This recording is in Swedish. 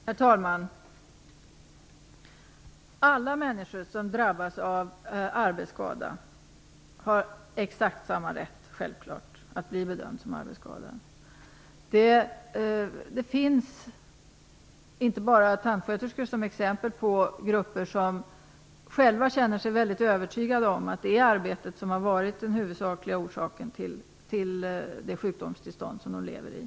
Herr talman! Alla människor som drabbas av arbetsskada har självklart exakt samma rätt att bli bedömda som arbetsskadade. Det finns exempel på andra grupper än tandsköterskorna där man själv känner sig övertygad om att det är arbetet som har varit den huvudsakliga orsaken till det sjukdomstillsånd som man lever i.